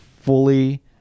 fully